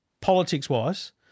politics-wise